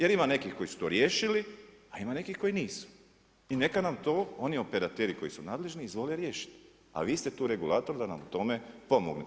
Jer ima nekih koji su to riješili, a ima nekih koji nisu i neka nam to oni operateri koji su nadležni izvole riješiti, a vi ste tu regulator da na tome pomognete.